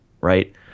right